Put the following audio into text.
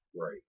Right